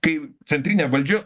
kai centrinė valdžia